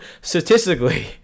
statistically